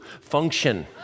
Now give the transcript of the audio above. function